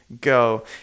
go